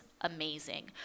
amazing